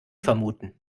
vermuten